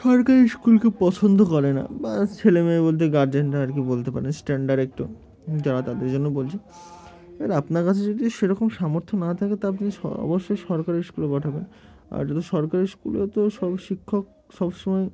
সরকারি স্কুলকে পছন্দ করে না বা ছেলেমেয়ে বলতে গার্জেনরা আর কি বলতে পারেন স্ট্যান্ডার্ড একটু যারা তাদের জন্য বলছে এবার আপনার কাছে যদি সেরকম সামর্থ্য না থাকে তাো আপনি অবশ্যই সরকারি স্কুলে পাঠাবেন আর যত সরকারি স্কুলেও তো সব শিক্ষক সবসময়